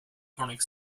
chronic